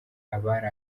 abari